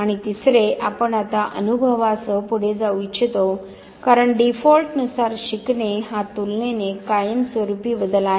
आणि तिसरे आपण आता अनुभवासह पुढे जाऊ इच्छितो कारण डीफॉल्टनुसार शिकणे हा तुलनेने कायमस्वरूपी बदल आहे